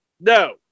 no